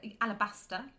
alabaster